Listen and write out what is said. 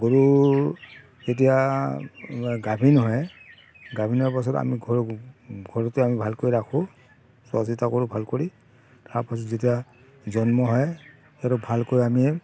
গৰু যেতিয়া গাভিনী হয় গাভিনী হোৱাৰ পাছত আমি ঘৰ ঘৰতে আমি ভালকৈ ৰাখোঁ চোৱা চিতা কৰোঁ ভাল কৰি তাৰপাছত যেতিয়া জন্ম হয় সিহঁতক ভালকৈ আমি